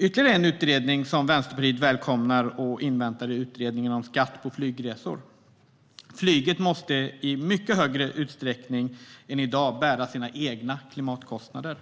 Ytterligare en utredning som Vänsterpartiet välkomnar och inväntar är utredningen av skatt på flygresor. Flyget måste i mycket högre utsträckning än i dag bära sina egna klimatkostnader.